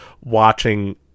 watching